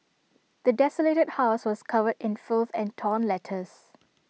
the desolated house was covered in filth and torn letters